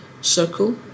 circle